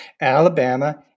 Alabama